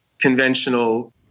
conventional